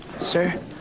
Sir